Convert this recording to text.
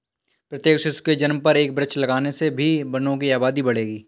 प्रत्येक शिशु के जन्म पर एक वृक्ष लगाने से भी वनों की आबादी बढ़ेगी